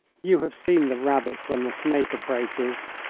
you have seen the rabbit when the snake approaches.